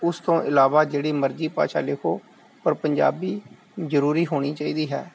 ਉਸ ਤੋਂ ਇਲਾਵਾ ਜਿਹੜੀ ਮਰਜ਼ੀ ਭਾਸ਼ਾ ਲਿਖੋ ਪਰ ਪੰਜਾਬੀ ਜਰੂਰੀ ਹੋਣੀ ਚਾਹੀਦੀ ਹੈ